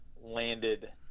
landed